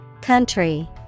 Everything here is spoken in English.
Country